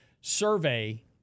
survey